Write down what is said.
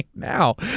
now.